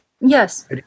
yes